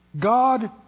God